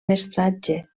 mestratge